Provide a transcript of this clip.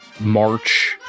march